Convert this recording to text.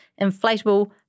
inflatable